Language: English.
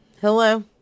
Hello